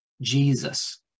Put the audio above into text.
Jesus